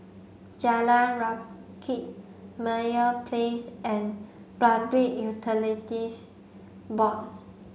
Jalan Rakit Meyer Place and Public Utilities Board